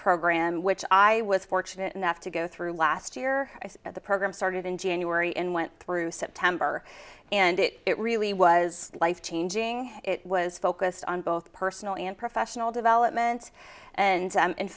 program which i was fortunate enough to go through last year at the program started in january and went through september and it really was life changing it was focused on both personal and professional development and